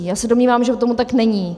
Já se domnívám, že tomu tak není.